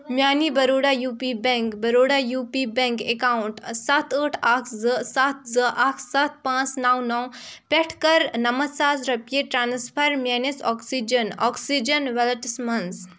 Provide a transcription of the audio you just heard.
میٛانہِ Baroda U P bank Baroda U P bank account سَتھ ٲٹھ اَکھ زٕ سَتھ زٕ اَکھ سَتھ پانٛژھ نَو نَو پٮ۪ٹھٕ کَر نَمَتھ سَاس رۄپیہِ ٹرٛانٕسفَر میٛٲنِس آکسیجَن آکسیجَن وٮ۪لٮ۪ٹَس منٛز